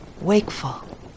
wakeful